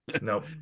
Nope